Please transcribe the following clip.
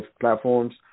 platforms